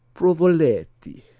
provoletti,